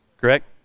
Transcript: Correct